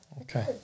Okay